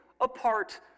apart